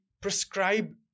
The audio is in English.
prescribe